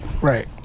Right